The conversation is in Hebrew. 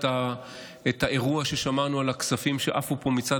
את האירוע ששמענו על הכספים שעפו פה מצד